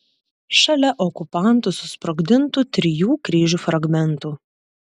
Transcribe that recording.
šalia okupantų susprogdintų trijų kryžių fragmentų